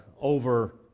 over